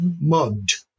mugged